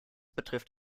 betrifft